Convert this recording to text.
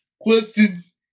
questions